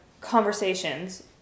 conversations